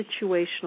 situational